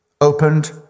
opened